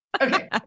Okay